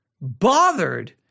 bothered